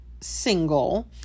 single